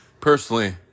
Personally